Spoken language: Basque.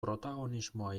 protagonismoa